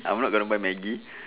I'm not gonna buy Maggi